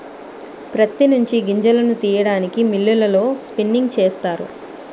ప్రత్తి నుంచి గింజలను తీయడానికి మిల్లులలో స్పిన్నింగ్ చేస్తారు